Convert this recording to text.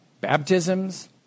Baptisms